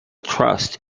trust